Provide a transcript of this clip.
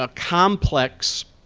ah complex